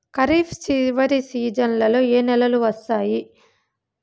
ఖరీఫ్ చివరి సీజన్లలో ఏ నెలలు వస్తాయి?